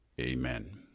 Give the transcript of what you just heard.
Amen